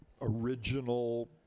original